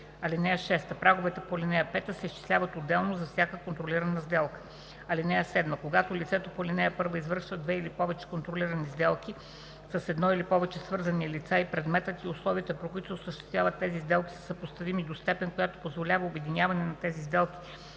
лв. (6) Праговете по ал. 5 се изчисляват отделно за всяка контролирана сделка. (7) Когато лицето по ал. 1 извършва две или повече контролирани сделки с едно или повече свързани лица и предметът и условията, при които се осъществяват тези сделки, са съпоставими до степен, която позволява обединяване на тези сделки